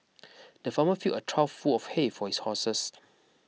the farmer filled a trough full of hay for his horses